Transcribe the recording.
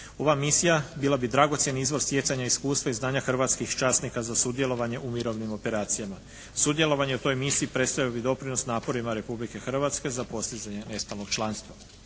Ova misija bila bi dragocjen izvor stjecanja iskustva i znanja hrvatskih časnika za sudjelovanje u mirovnim operacijama. Sudjelovanje u toj misiji predstavljao bi doprinos naporima Republike Hrvatske za postizanje …/Govornik